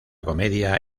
comedia